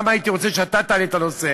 למה הייתי רוצה שאתה תעלה את הנושא?